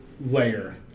layer